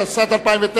התשס"ט 2009,